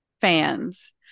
fans